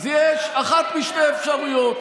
אז יש אחת משתי אפשרויות,